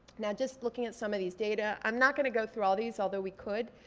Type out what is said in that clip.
now just looking at some of these data, i'm not gonna go through all these although we could.